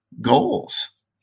goals